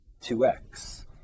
2x